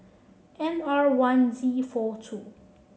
N R one D four two